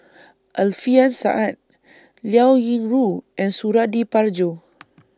Alfian Sa'at Liao Yingru and Suradi Parjo